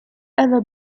ever